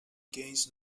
gains